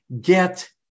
get